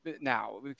Now